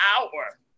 hour